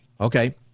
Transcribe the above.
okay